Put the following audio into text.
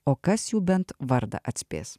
o kas jų bent vardą atspės